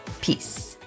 Peace